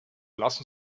lassen